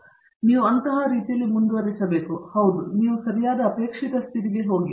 ಆದ್ದರಿಂದ ನೀವು ಅಂತಹ ರೀತಿಯಲ್ಲಿ ಮುಂದುವರೆಸಬೇಕು ಹೌದುನೀವು ಸರಿಯಾದ ಅಪೇಕ್ಷಿತ ಸ್ಥಿತಿಗೆ ಹೋಗಿ